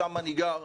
שם אני גר,